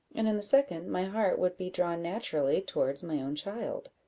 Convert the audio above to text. and in the second, my heart would be drawn naturally towards my own child.